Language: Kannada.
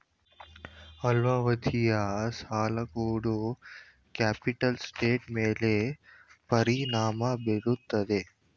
ಅಲ್ಪಾವಧಿಯ ಸಾಲ ಕೂಡ ಕ್ಯಾಪಿಟಲ್ ಸ್ಟ್ರಕ್ಟರ್ನ ಮೇಲೆ ಪರಿಣಾಮ ಬೀರುತ್ತದೆ